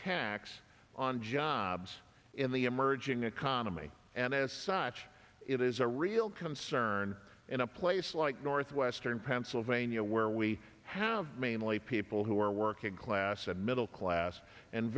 jobs in the emerging economy and as such it is a real concern in a place like northwestern pennsylvania where we have mainly people who are working class and middle class and